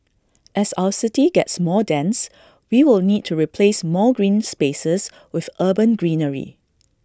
as our city gets more dense we will need to replace more green spaces with urban greenery